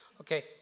Okay